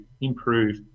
improve